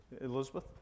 Elizabeth